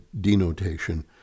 denotation